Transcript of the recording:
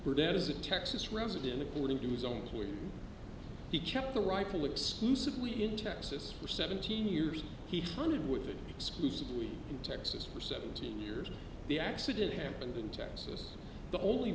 for that is a texas resident according to his own when he checked the rifle exclusively in texas for seventeen years he hunted with it exclusively in texas for seventeen years the accident happened in texas the only